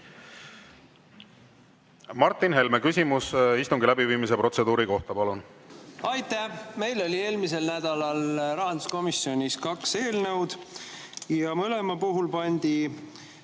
Martin Helme, küsimus istungi läbiviimise protseduuri kohta, palun! Aitäh! Meil oli eelmisel nädalal rahanduskomisjonis kaks eelnõu ja mõlema puhul oli